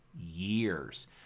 years